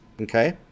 okay